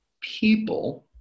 people